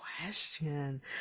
question